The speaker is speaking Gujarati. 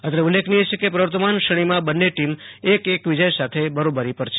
અત્રે ઉલ્લેખનીય છે કે પ્રવર્તમાન શ્રેણીમાં બન્ને ટીમ એક એક વિજય સાથે બરોબરી પર છે